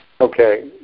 Okay